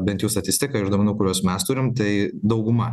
bent jau statistika iš duomenų kuriuos mes turim tai dauguma